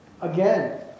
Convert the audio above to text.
Again